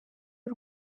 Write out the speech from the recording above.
y’u